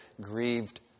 grieved